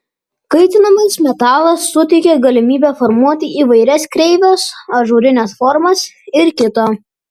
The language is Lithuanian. kaitinamas metalas suteikia galimybę formuoti įvairias kreives ažūrines formas ir kita